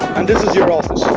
and this is your office